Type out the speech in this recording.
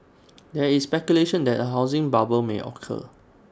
there is speculation that A housing bubble may occur